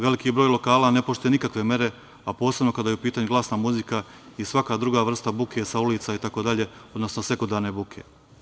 Veliki broj lokala ne poštuje nikakve mere, a posebno kada je u pitanju glasna muzika i svaka druga vrsta buke sa ulica itd, odnosno sekundarne buke.